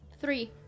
three